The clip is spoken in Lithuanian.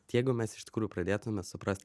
tai jeigu mes iš tikrųjų pradėtume suprast